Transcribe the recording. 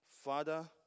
Father